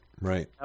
Right